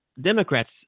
Democrats